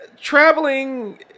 traveling